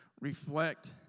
Reflect